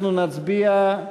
אנחנו נצביע,